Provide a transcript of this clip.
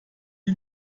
die